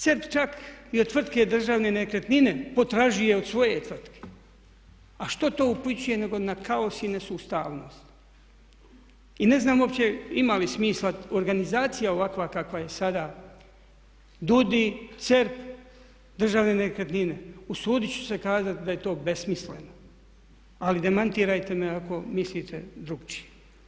Cerp čak ni od tvrtke državne nekretnine potražuje od svoje tvrtke a što to upućuje nego na kaos i ne sustavnost i ne znam uopće ima li smisla organizacija ovakva kakva je sada, DUUDI, Cerp, državne nekretnine, usuditi ću se kazati da je to besmisleno, ali demantirajte me ako mislite drukčije.